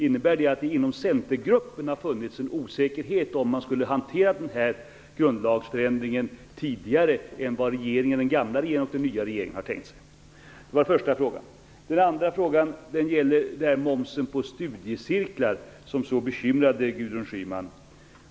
Innebär det att det inom centergruppen har funnits en osäkerhet om ifall man skulle hantera denna grundlagsändring tidigare än vad den gamla regeringen - och den nya - har tänkt sig? Min andra fråga gäller momsen på studiecirklar, som så bekymrade Birgitta Hambraeus.